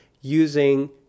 using